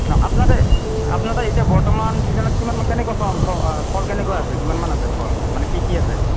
নাই আপোনাৰ তাত আপোনাৰ তাত এতিয়া বৰ্তমান চিজনত কিমান মান কেনেকুৱা পাম ফল কেনেকুৱা আছে কিমান মান আছে ফল মানে কি কি আছে